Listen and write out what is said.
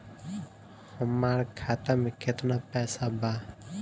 हमार खाता मे केतना पैसा बा?